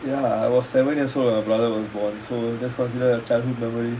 ya I was seven years old when my brother was born so that's considered a childhood memory